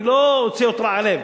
אני לא רוצה להיות רע לב,